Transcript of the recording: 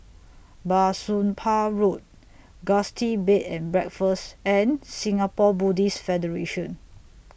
Bah Soon Pah Road Gusti Bed and Breakfast and Singapore Buddhist Federation